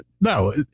no